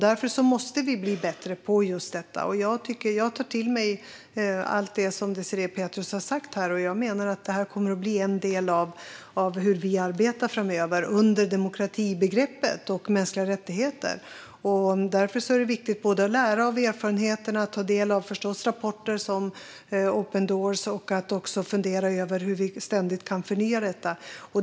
Därför måste vi bli bättre på allt detta, och jag tar till mig allt det som Désirée Pethrus har sagt. Jag menar att detta kommer att bli en del av hur vi arbetar framöver under begreppen demokrati och mänskliga rättigheter. Därför är det viktigt att lära av erfarenheterna, att ta del av rapporter såsom Open Doors och att fundera över hur vi ständigt kan förnya detta arbete.